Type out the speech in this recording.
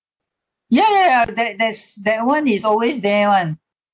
ya ya ya that that's that [one] is always there [one]